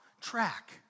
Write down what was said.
track